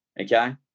okay